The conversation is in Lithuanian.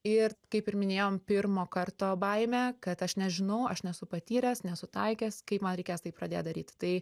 ir kaip ir minėjom pirmo karto baimė kad aš nežinau aš nesu patyręs nesu taikęs kaip man reikės tai pradėt daryti tai